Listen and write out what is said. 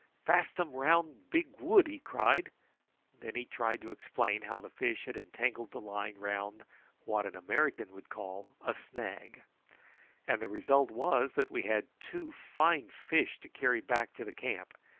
fastum round big wood! he cried then he tried to explain how the fish had entangled the line round what an american would call a snag and the result was that we had two fine fish to carry back to the camp,